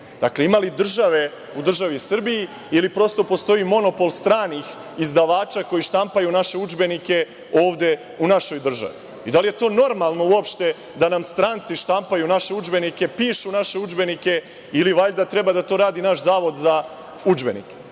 Srbije? Dakle, ima li države u državi Srbiji ili prosto postoji monopol stranih izdavača koji štampaju naše udžbenike ovde u našoj državi, i da li je to normalno uopšte da nam stranci štampaju naše udžbenike, pišu naše udžbenike ili valjda treba da to radi naš Zavod za udžbenike?